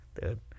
Dude